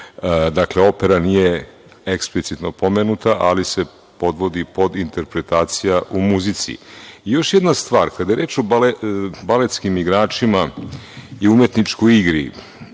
Dakle, opera nije eksplicitno pomenuta, ali se podvodi pod interpretacija u muzici. Još jedna stvar, kada je reč o baletskim igračima i umetničkoj igri.